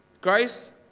Grace